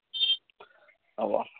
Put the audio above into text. అవా